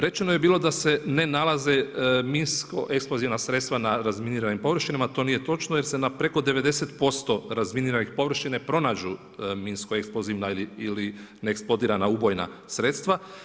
Rečeno je bilo da se ne nalaze minsko eksplozivna sredstva na razminiranim površinama, to nije točno jer se na preko 90% razminiranih površina i pronađu minsko eksplozivna ili neeksplozivna ubojna sredstva.